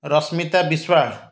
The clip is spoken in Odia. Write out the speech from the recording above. ରଶ୍ମିତା ବିଶ୍ଵାଳ